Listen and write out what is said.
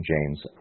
James